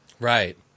Right